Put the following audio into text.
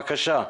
בבקשה.